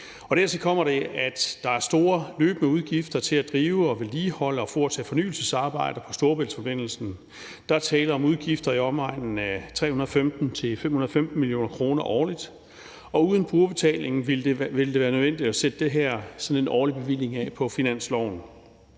Dertil kommer, at der er store løbende udgifter til at drive og vedligeholde og foretage fornyelsesarbejder på Storebæltsforbindelsen. Der er tale om en udgifter i omegnen af 315-515 mio. kr. årligt, og uden brugerbetalingen ville det være nødvendigt at sætte en årlig bevilling af på finansloven.